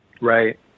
Right